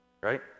right